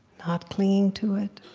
not clinging to it.